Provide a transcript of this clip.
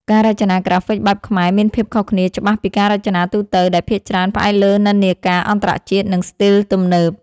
ការរចនាក្រាហ្វិកបែបខ្មែរមានភាពខុសគ្នាច្បាស់ពីការរចនាទូទៅ ដែលភាគច្រើនផ្អែកលើនិន្នាការអន្តរជាតិ និងស្ទីលទំនើប